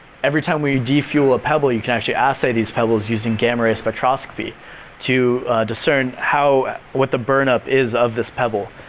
every time we de-fuel a pebble you can actually assay these pebbles using gamma-ray spectroscopy to discern what the burn up is of this pebble,